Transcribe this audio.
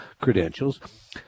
credentials